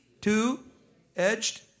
two-edged